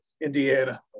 indiana